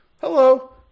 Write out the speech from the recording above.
Hello